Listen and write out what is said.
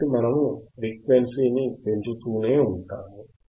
కాబట్టి మనము ఫ్రీక్వెన్సీని పెంచుతూనే ఉంటాము